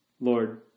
Lord